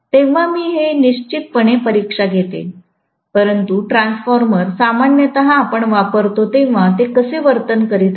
तेव्हा मी हे निश्चितपणे परीक्षा घेते परंतु ट्रान्सफॉर्मर्स सामान्यत आपण वापरतो तेव्हा ते कसे वर्तन करीत आहे